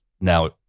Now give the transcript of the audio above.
now